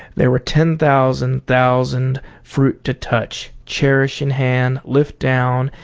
there were ten thousand thousand fruit to touch, cherish in hand, lift down,